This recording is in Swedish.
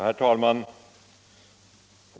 Herr talman!